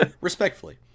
Respectfully